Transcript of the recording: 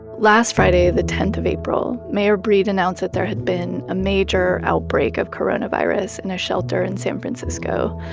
last friday, the tenth of april, mayor breed announced that there had been a major outbreak of coronavirus in a shelter in san francisco.